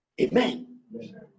amen